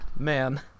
Man